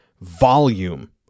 volume